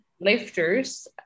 lifters